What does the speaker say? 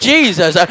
Jesus